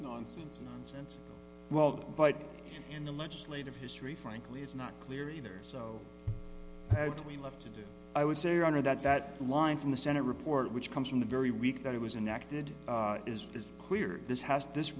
nonsense nonsense well but in the legislative history frankly is not clear either so we love to do i would say your honor that that line from the senate report which comes from the very week that it was and acted as is clear this has this